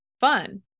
fun